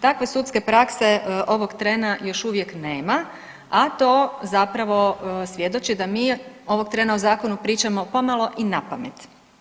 Takve sudske prakse ovog trena još uvijek nema, a to zapravo svjedoči da mi ovog trena o zakonu pričamo pomalo i napamet.